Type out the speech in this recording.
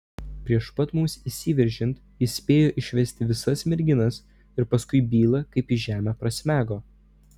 prieš pat mums įsiveržiant jis spėjo išvesti visas merginas ir paskui byla kaip į žemę prasmego